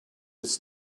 its